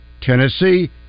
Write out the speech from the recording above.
Tennessee